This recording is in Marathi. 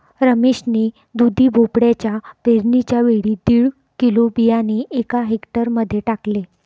रमेश ने दुधी भोपळ्याच्या पेरणीच्या वेळी दीड किलो बियाणे एका हेक्टर मध्ये टाकले